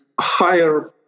higher